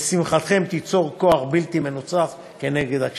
ושמחתכם תיצור כוח בלתי מנוצח כנגד הקשיים".